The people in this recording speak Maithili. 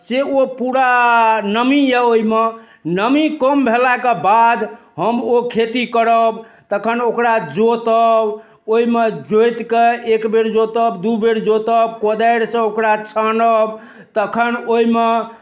से ओ पूरा नमी यऽ ओइमे नमी कम भेलाके बाद हम ओ खेती करब तखन ओकरा जोतब ओइमे जोतिकऽ एक बेर जोतब दू बेर जोतब कोदारिसँ ओकरा छानब तखन ओइमे